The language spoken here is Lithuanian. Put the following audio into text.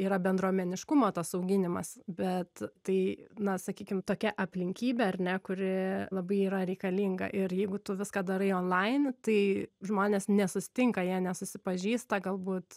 yra bendruomeniškumo tas auginimas bet tai na sakykim tokia aplinkybė ar ne kuri labai yra reikalinga ir jeigu tu viską darai onlain tai žmonės nesusitinka jie nesusipažįsta galbūt